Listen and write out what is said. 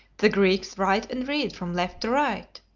the greeks write and read from left to right,